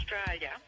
Australia